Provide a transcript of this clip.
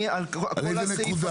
על כל הסעיף